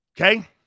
Okay